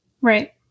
Right